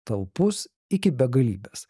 talpus iki begalybės